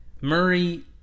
Murray